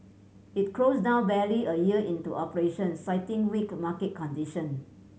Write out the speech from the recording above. it closed down barely a year into operation citing weak market condition